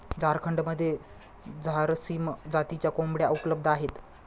झारखंडमध्ये झारसीम जातीच्या कोंबड्या उपलब्ध आहेत